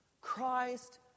Christ